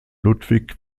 ludwig